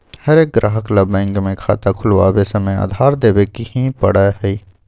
हर एक ग्राहक ला बैंक में खाता खुलवावे समय आधार देवे ही पड़ा हई